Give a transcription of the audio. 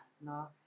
no